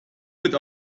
wird